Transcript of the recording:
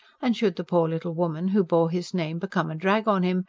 and should the poor little woman who bore his name become a drag on him,